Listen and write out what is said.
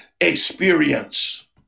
experience